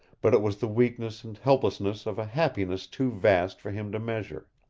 but it was the weakness and helplessness of a happiness too vast for him to measure.